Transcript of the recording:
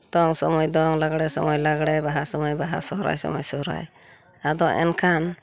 ᱫᱚᱝ ᱥᱚᱢᱚᱭ ᱫᱚᱝ ᱞᱟᱜᱽᱲᱮ ᱥᱚᱢᱚᱭ ᱞᱟᱜᱽᱲᱮ ᱵᱟᱦᱟ ᱥᱚᱢᱚᱭ ᱵᱟᱦᱟ ᱥᱚᱦᱨᱟᱭ ᱥᱚᱢᱚᱭ ᱥᱚᱦᱨᱟᱭ ᱟᱫᱚ ᱮᱱᱠᱷᱟᱱ